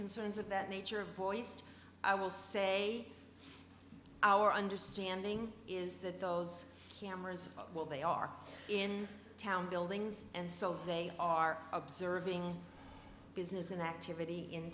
concerns of that nature voiced i will say our understanding is that those cameras while they are in town buildings and so they are observing business and activity in